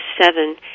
seven